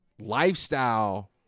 lifestyle